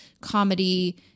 comedy